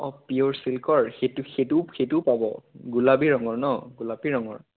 অ' পিয়ৰ চিল্কৰ সেইটো সেইটো সেইটোও পাব গোলাবী ৰঙৰ ন গোলাপী ৰঙৰ